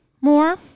more